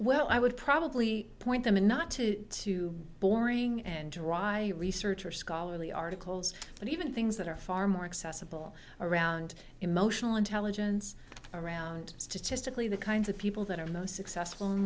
well i would probably point them in not to too boring and dry research or scholarly articles but even things that are far more accessible around emotional intelligence around statistically the kinds of people that are most successful in